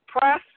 press